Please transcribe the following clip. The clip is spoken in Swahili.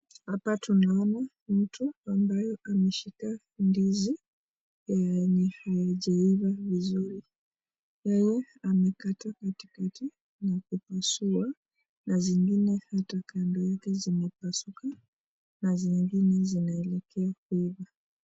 Hapa tunaona mtu ambaye ameshika ndizi yenye haijaiva vizuri, yeye amekata katikati na kupasua na zingine hapa kando yake zimepasuka, na zingine zinaelekea kuiva.